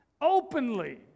openly